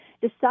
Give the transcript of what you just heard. decide